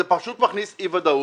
זה פשוט מכניס אי ודאות,